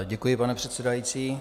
Děkuji, pane předsedající.